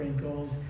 goals